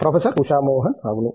professor Usha Mohan అవును